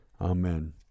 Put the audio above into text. Amen